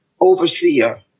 overseer